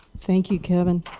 thank you kevin.